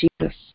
Jesus